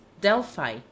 Delphi